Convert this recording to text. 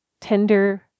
tender